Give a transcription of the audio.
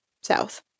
south